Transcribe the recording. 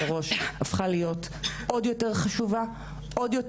את מנהיגה כאן ספינה חשובה מאוד,